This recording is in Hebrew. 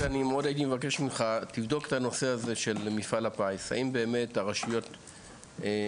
אני מתאר לעצמי שממפעל הפיס כמו שהוא משתתף בכלל הרשויות,